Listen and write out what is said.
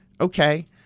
okay